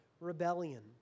rebellion